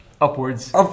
Upwards